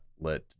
let